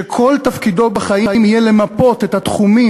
שכל תפקידו בחיים יהיה למפות את התחומים